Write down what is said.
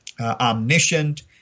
omniscient